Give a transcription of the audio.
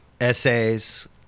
essays